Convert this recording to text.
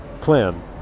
plan